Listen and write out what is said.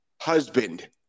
husband